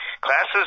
Classes